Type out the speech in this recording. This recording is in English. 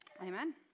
Amen